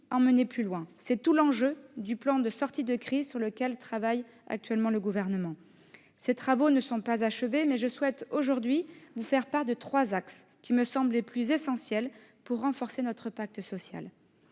plus avant. C'est tout l'enjeu du plan de sortie de crise sur lequel travaille actuellement le Gouvernement. Ces travaux ne sont pas achevés, mais je souhaite aujourd'hui vous faire part des trois axes qui me semblent les plus essentiels pour renforcer notre pacte social.